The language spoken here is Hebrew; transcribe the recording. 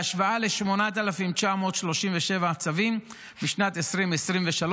בהשוואה ל-8,937 צווים בשנת 2023,